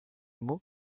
mots